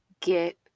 get